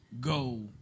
go